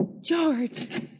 George